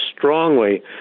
strongly